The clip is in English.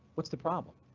what's the problem?